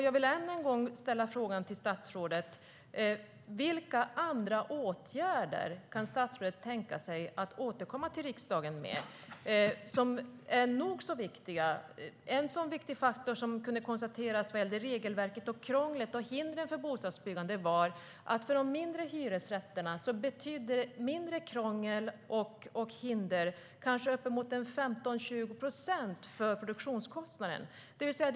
Jag vill än en gång ställa frågan till statsrådet vilka andra nog så viktiga åtgärder statsrådet kan tänka sig att återkomma till riksdagen med. En sådan viktig faktor som kunde konstateras vad gällde regelverket, krånglet och hindren för bostadsbyggande var att mindre krångel och hinder betydde kanske uppemot 15-20 procent av produktionskostnaden för de mindre hyresrätterna.